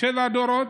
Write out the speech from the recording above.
שבעה דורות.